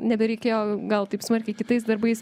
nebereikėjo gal taip smarkiai kitais darbais